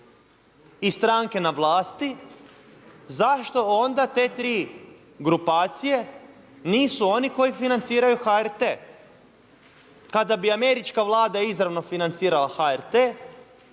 i stranke na vlasti zašto onda te tri grupacije nisu oni koji financiraju HRT. Kada bi američka vlada izravno financirala HRT,